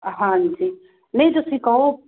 ਹਾਂਜੀ ਨਹੀਂ ਤੁਸੀਂ ਕਹੋ